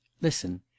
listen